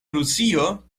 rusio